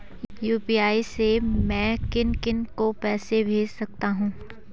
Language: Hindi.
यु.पी.आई से मैं किन किन को पैसे भेज सकता हूँ?